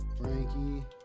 Frankie